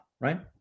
right